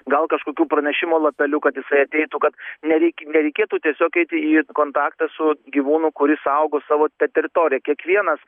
gal kažkokiu pranešimo lapeliu kad jisai ateitų kad nerei nereikėtų tiesiog eiti į kontaktą su gyvūnu kuris saugo savo tą teritoriją kiekvienas